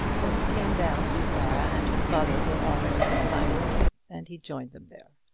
when he came down, clara and her father were already in the dining-room, and he joined them there.